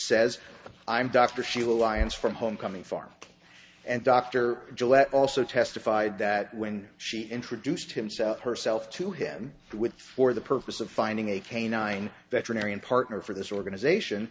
says i'm dr shu alliance from homecoming farm and dr gillette also testified that when she introduced himself herself to him with for the purpose of finding a canine veterinarian partner for this organization